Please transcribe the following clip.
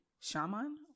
shaman